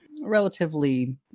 relatively